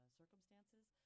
circumstances